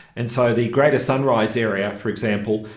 and so the greater sunrise area, for example,